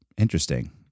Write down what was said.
interesting